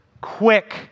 quick